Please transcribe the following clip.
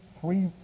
three